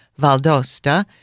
Valdosta